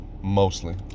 Mostly